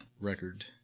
record